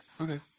Okay